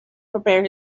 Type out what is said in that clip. prepare